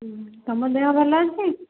ତମ ଦେହ ଭଲ ଅଛି